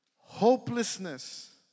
Hopelessness